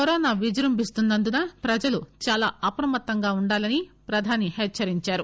corona విజృంభిస్తున్న ందున ప్రజలు చాలా అప్రమత్తంగా ఉండాలని ప్రధాని హెచ్చరించారు